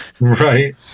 Right